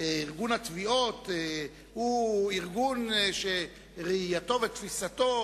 ועידת התביעות היא ארגון שראייתו ותפיסתו